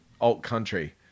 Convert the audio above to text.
alt-country